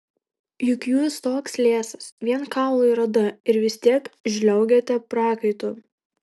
juk jūs toks liesas vien kaulai ir oda ir vis tiek žliaugiate prakaitu